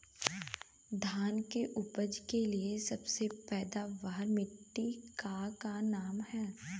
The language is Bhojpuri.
धान की उपज के लिए सबसे पैदावार वाली मिट्टी क का नाम ह?